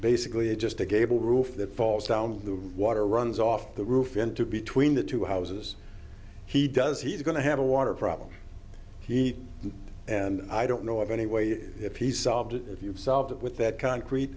basically just a gable roof that falls down the water runs off the roof into between the two houses he does he's going to have a water problem he and i don't know of any way if he solved it if you've solved it with that concrete